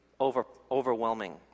overwhelming